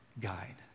guide